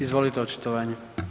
Izvolite očitovanje.